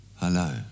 hello